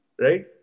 Right